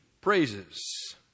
praises